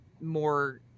more